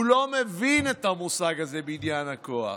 הוא לא מבין את המושג הזה, "בניין הכוח".